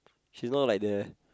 she's not like the